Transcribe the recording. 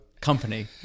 company